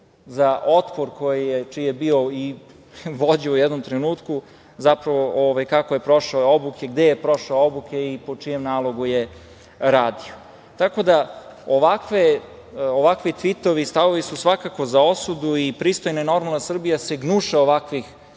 za Otpor čiji je bio i vođa u jednom trenutku kako je prošao, odnosno gde je prošao obuke i po čijem nalogu je radio. Tako da ovakvi tvitovi i stavovi su svako za osudu i pristojna i normalna Srbija se gnuša ovakvih